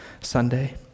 Sunday